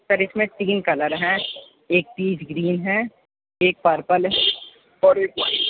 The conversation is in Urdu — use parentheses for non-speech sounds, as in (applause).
سر اِس میں تین كلر ہیں ایک (unintelligible) گرین ہے ایک پرپل ہے اور ایک وائٹ